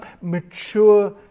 mature